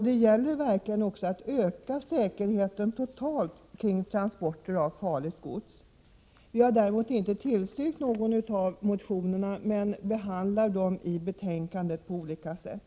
Det gäller verkligen också att öka säkerheten totalt kring transporter av farligt gods. Vi har inte tillstyrkt någon av motionerna utan behandlar dem i utskottet på olika sätt.